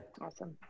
Awesome